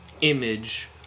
image